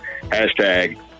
Hashtag